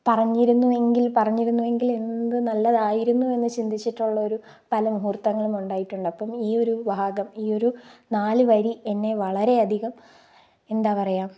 പറഞ്ഞിരുന്നുവെങ്കിൽ പറഞ്ഞിരുന്നുവെങ്കിൽ എന്ത് നല്ലതായിരുന്നു എന്ന് ചിന്തിച്ചിട്ടുളെളാരു പല മുഹൂർത്തങ്ങളും ഉണ്ടായിട്ടുണ്ട് അപ്പം ഈയൊരു ഭാഗം ഈയൊരു നാല് വരി എന്നെ വളരെ അധികം എന്താ പറയുക